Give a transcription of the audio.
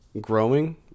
growing